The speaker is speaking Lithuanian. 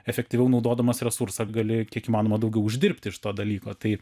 efektyviau naudodamas resursą gali kiek įmanoma daugiau uždirbti iš to dalyko tai